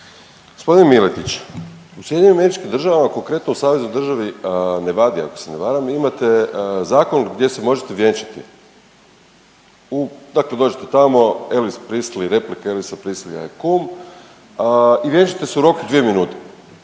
Gospodin Miletić u SAD-u konkretno u Saveznoj državi Nevadi ako se ne varam vi imate zakon gdje se možete vjenčati u dakle dođete tamo Elvisa Preslya replika, Elvis Presly je kum i vjenčate se u roku od dvije minute,